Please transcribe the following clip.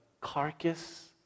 Carcass